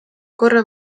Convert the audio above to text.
korra